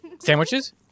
sandwiches